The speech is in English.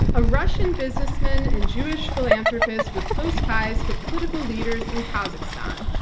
a russian businessman and jewish philanthropist with close ties to political leaders in kazakhstan.